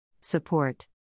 Support